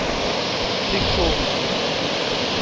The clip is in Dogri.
सिक्खो